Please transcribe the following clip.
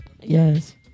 Yes